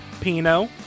Pino